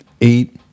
eight